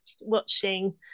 watching